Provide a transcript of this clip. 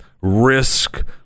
Risk